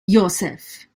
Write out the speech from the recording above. joseph